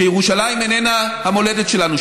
שירושלים איננה המולדת שלנו,